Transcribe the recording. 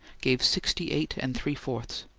gave sixty-eight and three fourths.